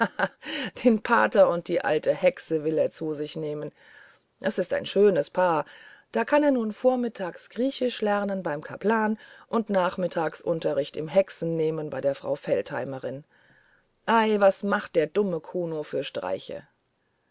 den pater und die alte hexe will er zu sich nehmen das ist ein schönes paar da kann er nun vormittags griechisch lernen beim kapellan und nachmittags unterricht im hexen nehmen bei der frau feldheimerin ei was macht doch der dumme kuno für streiche